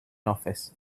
office